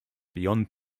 beyond